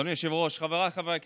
אדוני היושב-ראש, חבריי חברי הכנסת,